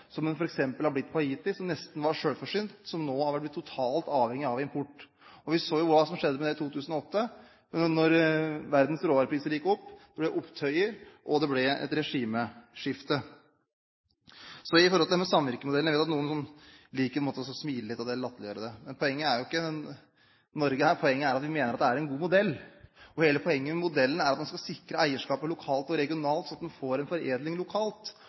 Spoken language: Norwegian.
som de f.eks. har blitt på Haiti, som nesten var selvforsynt, men som nå har blitt totalt avhengig av import. Og vi så hva som skjedde i 2008, da verdens råvarepriser gikk opp. Det ble opptøyer, og det ble et regimeskifte. Så dette med samvirkemodellen: Jeg vet at noen liker å smile litt av det, eller latterliggjøre det. Men poenget her er jo ikke Norge; poenget er at vi mener det er en god modell. Og hele poenget med modellen er at man skal sikre eierskapet lokalt og regionalt, slik at en får en foredling lokalt,